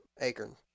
acorn